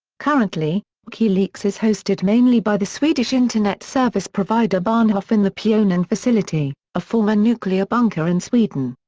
currently, wikileaks is hosted mainly by the swedish internet service provider bahnhof in the pionen facility, a former nuclear bunker in sweden.